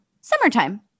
summertime